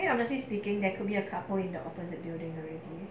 I think honestly speaking there could be a couple in the opposite yale already